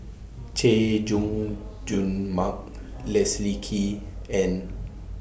Chay Jung Jun Mark Leslie Kee and